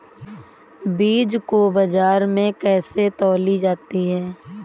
बीज को बाजार में कैसे तौली जाती है?